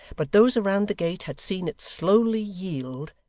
but those around the gate had seen it slowly yield,